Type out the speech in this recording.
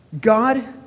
God